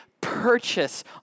purchase